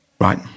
Right